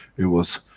it was,